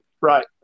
Right